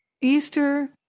Easter